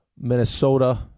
Minnesota